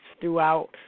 throughout